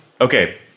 Okay